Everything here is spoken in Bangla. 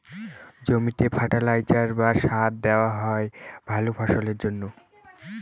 জমিতে ফার্টিলাইজার বা সার দেওয়া হয় ভালা ফসলের জন্যে